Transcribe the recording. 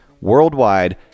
worldwide